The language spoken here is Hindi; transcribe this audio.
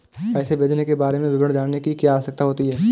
पैसे भेजने के बारे में विवरण जानने की क्या आवश्यकता होती है?